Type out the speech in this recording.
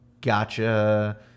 gotcha